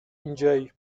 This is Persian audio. اینجایی